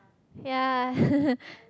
ya